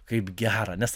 kaip gera nes